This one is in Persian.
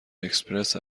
اکسپرس